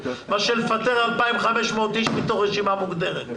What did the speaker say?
מאשר לפטר 2,500 איש מתוך רשימה מוגדרת,